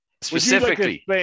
specifically